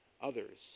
others